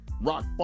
Rock